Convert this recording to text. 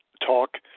talk